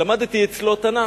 ולמדתי אצלו תנ"ך,